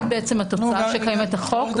החוק.